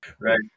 Right